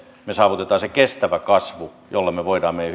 me saavutamme sen kestävän kasvun jolla me voimme meidän